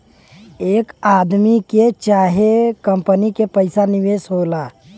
एक आदमी के चाहे कंपनी के पइसा निवेश होला